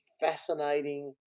fascinating